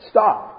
Stop